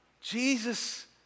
Jesus